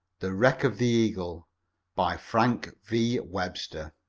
the wreck of the eagle by frank v. webster